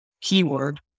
Keyword